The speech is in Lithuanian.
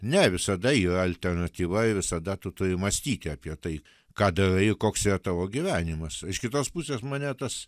ne visada yra alternatyva ir visada tu turi mąstyti apie tai ką darai koks yra tavo gyvenimas iš kitos pusės mane tas